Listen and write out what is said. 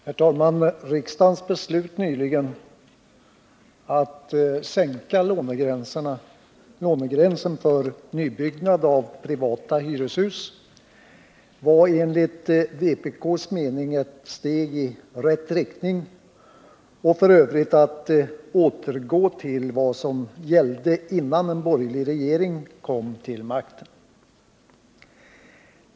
Herr talman! Riksdagens beslut nyligen att sänka lånegränsen för nybyggnad av privata hyreshus var enligt vpk:s mening ett steg i rätt riktning och f. ö. att återgå till vad som gällde innan en borgerlig regering kom till makten.